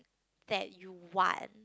that you want